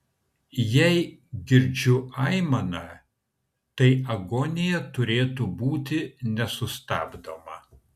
jei girdžiu aimaną tai agonija turėtų būti nesustabdoma